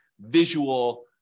visual